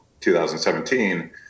2017